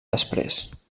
després